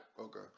Okay